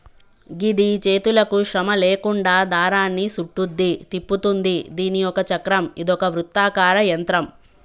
గిది చేతులకు శ్రమ లేకుండా దారాన్ని సుట్టుద్ది, తిప్పుతుంది దీని ఒక చక్రం ఇదొక వృత్తాకార యంత్రం